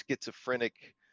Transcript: schizophrenic